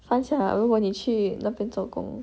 fun sia 如果你去那边做工